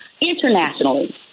internationally